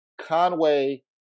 Conway